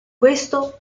questo